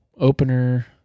opener